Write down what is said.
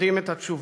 יודעים את התשובה.